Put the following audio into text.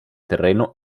terreno